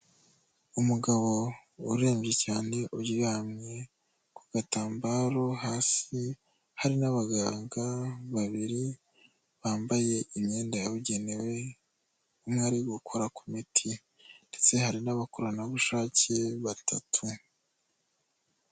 Umugabo urembye cyane uryamye ku gatambaro hasi hari n'abaganga babiri bambaye imyenda yabugenewe umwe arigukora ku miti ndetse hari n'abakoreraranabushake batatu.